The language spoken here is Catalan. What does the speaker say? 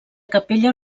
capella